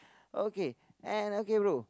okay and okay bro